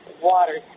water